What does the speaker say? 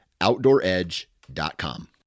OutdoorEdge.com